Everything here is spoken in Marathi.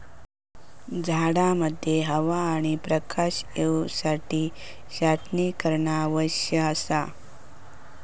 झाडांमध्ये हवा आणि प्रकाश येवसाठी छाटणी करणा आवश्यक असा